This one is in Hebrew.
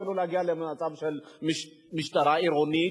אפילו להגיע למצב של משטרה עירונית,